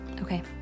Okay